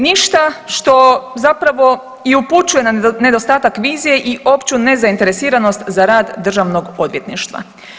Ništa što zapravo i upućuje na nedostatak vizije i opću nezainteresiranost za rad državnog odvjetništva.